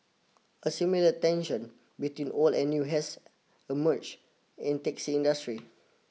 a similar tension between old and new has emerged in taxi industry